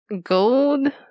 Gold